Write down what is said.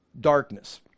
darkness